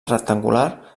rectangular